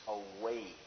away